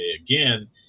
Again